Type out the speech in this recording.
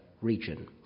region